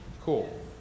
Cool